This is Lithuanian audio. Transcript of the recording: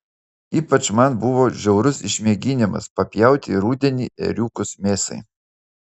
ypač man buvo žiaurus išmėginimas papjauti rudenį ėriukus mėsai